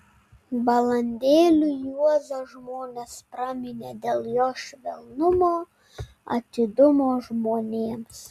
balandėliu juozą žmonės praminė dėl jo švelnumo atidumo žmonėms